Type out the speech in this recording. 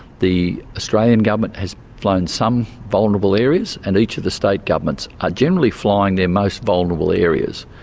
the australian government has flown some vulnerable areas, and each of the state governments are generally flying their most vulnerable areas,